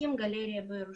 להקים גלריה בירושלים.